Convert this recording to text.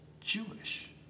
Jewish